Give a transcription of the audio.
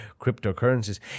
cryptocurrencies